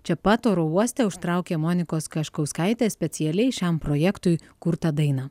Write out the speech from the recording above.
čia pat oro uoste užtraukė monikos kaškauskaitės specialiai šiam projektui kurtą dainą